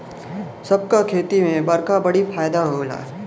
सब क खेती में बरखा बड़ी फायदा होला